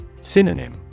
Synonym